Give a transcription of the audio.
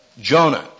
Jonah